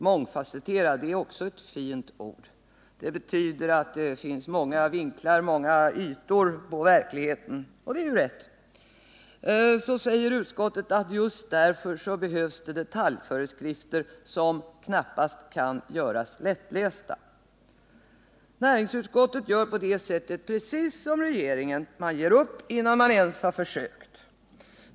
Mångfasetterad är ett fint ord som betyder många vinklar och ytor på verkligheten, och det är ju rätt. Så säger utskottet att just därför behövs det detaljföreskrifter som knappast kan göras lättlästa. Näringsutskottet gör precis som regeringen. Man ger upp innan man ens har försökt.